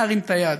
להרים יד,